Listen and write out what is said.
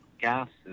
gases